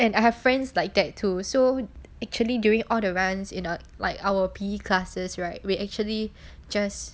and I have friends like that too so actually during all the runs in a like our P_E classes right we actually just